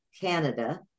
Canada